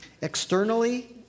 Externally